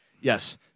Yes